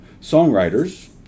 songwriters